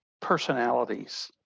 personalities